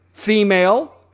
female